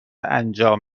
انجام